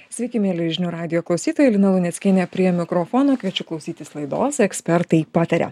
sveiki mieli žinių radijo klausytojai lina luneckienė prie mikrofono kviečiu klausytis laidos ekspertai pataria